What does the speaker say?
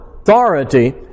authority